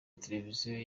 mateleviziyo